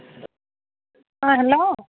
অঁ হেল্ল'